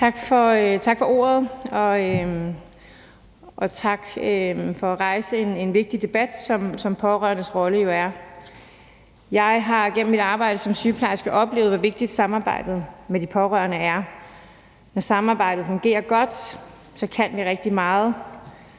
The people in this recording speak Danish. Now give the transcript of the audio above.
Tak for ordet, og tak for at rejse en vigtig debat, som pårørendes rolle jo er. Jeg har gennem mit arbejde som sygeplejerske oplevet, hvor vigtigt samarbejdet med de pårørende er. Når samarbejdet fungerer godt, kan vi rigtig meget,